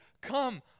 Come